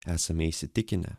esame įsitikinę